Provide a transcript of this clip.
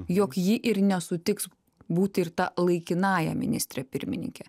jog ji ir nesutiks būti ir tą laikinąja ministre pirmininke